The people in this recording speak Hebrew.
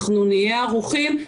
אנחנו נהיה ערוכים,